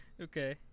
Okay